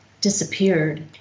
disappeared